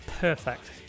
perfect